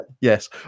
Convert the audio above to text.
yes